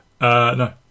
No